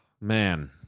Man